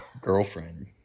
girlfriend